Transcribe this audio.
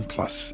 Plus